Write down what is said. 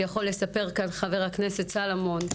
ויכול לספר כאן חבר הכנסת סלמון,